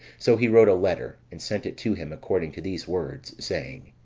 so he wrote a letter, and sent it to him according to these words, saying